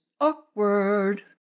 awkward